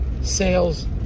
sales